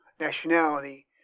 nationality